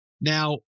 Now